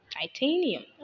titanium